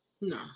No